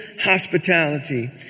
hospitality